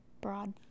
broad